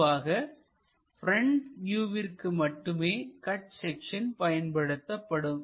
பொதுவாக ப்ரெண்ட் வியூவிற்கு மட்டுமே கட் செக்சன் பயன்படுத்தப்படும்